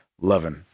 loving